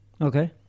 Okay